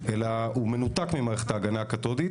אלא הוא מנותק ממערכת ההגנה הקתודית